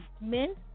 men